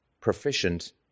proficient